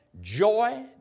joy